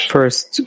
First